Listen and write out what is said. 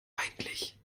eigentlich